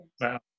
Wow